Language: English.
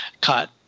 cut